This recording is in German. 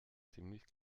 ziemlich